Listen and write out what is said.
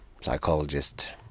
psychologist